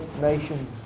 nations